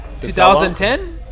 2010